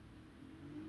oh